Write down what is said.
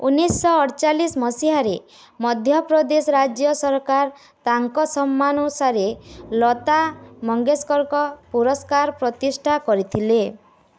ଉଣେଇଶ ଅଡ଼ଚାଳିଶି ମସିହାରେ ମଧ୍ୟପ୍ରଦେଶ ରାଜ୍ୟ ସରକାର ତାଙ୍କ ସମ୍ମାନ ଅନୁସାରେ ଲତା ମଙ୍ଗେସକରଙ୍କ ପୁରସ୍କାର ପ୍ରତିଷ୍ଠା କରିଥିଲେ